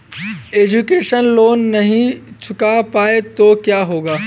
Education loan नहीं चुका पाए तो क्या होगा?